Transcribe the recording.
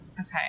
Okay